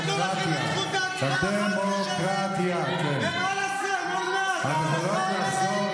קידום מטרת אותו ארגון כהגדרתם בחוק המאבק בטרור.